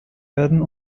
werden